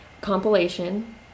compilation